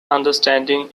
understanding